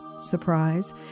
surprise